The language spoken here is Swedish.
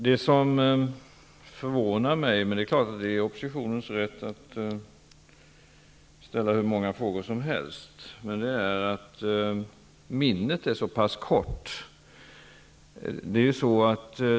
Att ställa hur många frågor som helst, är i och för sig oppositionens rätt, men det som förvånar mig är att minnet hos oppositionen är så pass kort.